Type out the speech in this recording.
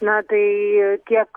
na tai tiek